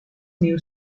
new